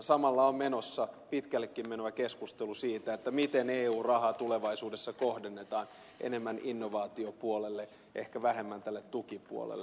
samalla on menossa pitkällekin menevä keskustelu siitä miten eu raha tulevaisuudessa kohdennetaan enemmän innovaatiopuolelle ehkä vähemmän tälle tukipuolelle